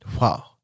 Wow